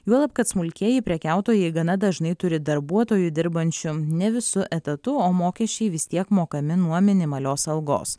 juolab kad smulkieji prekiautojai gana dažnai turi darbuotojų dirbančių ne visu etatu o mokesčiai vis tiek mokami nuo minimalios algos